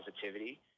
positivity